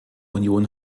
union